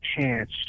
chance